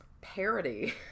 parody